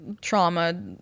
trauma